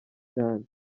cyane